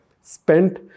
spent